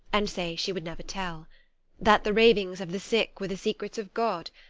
and say she would never tell that the ravings of the sick were the secrets of god,